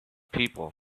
people